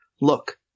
look